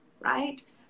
right